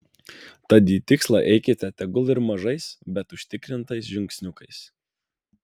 tad į tikslą eikite tegul ir mažais bet užtikrintais žingsniukais